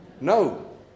No